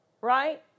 Right